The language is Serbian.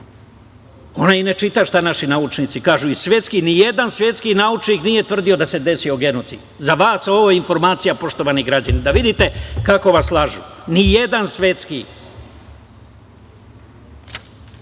Ona i ne čita šta naši naučnici kažu. Nijedan svetski naučnik nije tvrdio da se desio genocid. Za vas je ova informacija, poštovani građani, da vidite kako vas lažu, nijedan svetski. Ne